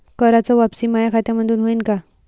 कराच वापसी माया खात्यामंधून होईन का?